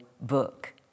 book